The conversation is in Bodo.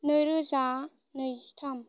नैरोजा नैजिथाम